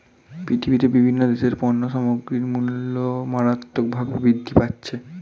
পৃথিবীতে বিভিন্ন দেশের পণ্য সামগ্রীর মূল্য মারাত্মকভাবে বৃদ্ধি পাচ্ছে